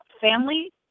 family